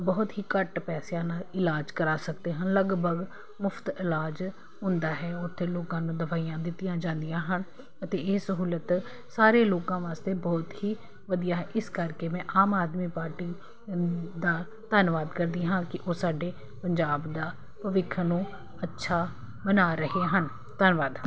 ਬਹੁਤ ਹੀ ਘੱਟ ਪੈਸਿਆਂ ਨਾਲ ਇਲਾਜ ਕਰਾ ਸਕਦੇ ਹਾਂ ਲਗਭਗ ਮੁਫਤ ਇਲਾਜ ਹੁੰਦਾ ਹੈ ਉੱਥੇ ਲੋਕਾਂ ਨੂੰ ਦਵਾਈਆਂ ਦਿੱਤੀਆਂ ਜਾਂਦੀਆਂ ਹਨ ਅਤੇ ਇਹ ਸਹੂਲਤ ਸਾਰੇ ਲੋਕਾਂ ਵਾਸਤੇ ਬਹੁਤ ਹੀ ਵਧੀਆ ਹੈ ਇਸ ਕਰਕੇ ਮੈਂ ਆਮ ਆਦਮੀ ਪਾਰਟੀ ਦਾ ਧੰਨਵਾਦ ਕਰਦੀ ਹਾਂ ਕਿ ਉਹ ਸਾਡੇ ਪੰਜਾਬ ਦੇ ਭਵਿੱਖ ਨੂੰ ਅੱਛਾ ਬਣਾ ਰਹੇ ਹਨ ਧੰਨਵਾਦ